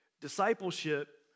discipleship